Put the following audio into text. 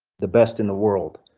the best in the world.